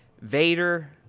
Vader